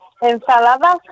ensaladas